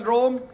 Rome